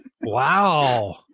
Wow